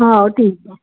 हो ठीक आहे